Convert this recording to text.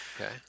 Okay